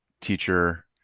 teacher